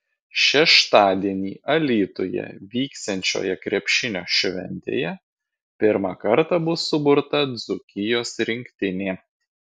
šeštadienį alytuje vyksiančioje krepšinio šventėje pirmą kartą bus suburta dzūkijos rinktinė